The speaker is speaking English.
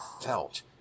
felt